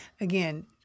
again